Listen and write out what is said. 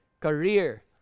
career